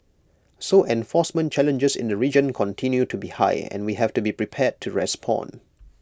so enforcement challenges in the region continue to be high and we have to be prepared to respond